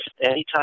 anytime